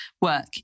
work